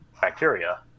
bacteria